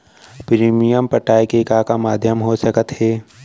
Premium पटाय के का का माधयम हो सकत हे?